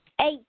Eight